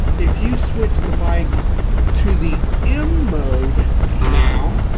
if you switch the bike to the m mode now